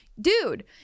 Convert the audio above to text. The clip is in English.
dude